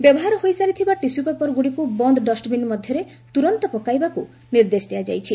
ବ୍ୟବହାର ହୋଇସାରିଥିବା ଟିସୁପେପରଗୁଡ଼ିକୁ ବନ୍ଦ ଡଷ୍ଟବିନ୍ ମଧ୍ୟରେ ତୁରନ୍ତ ପକାଇବାକୁ ନିର୍ଦ୍ଦେଶ ଦିଆଯାଇଛି